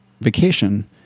vacation